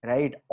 Right